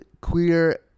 queer